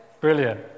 brilliant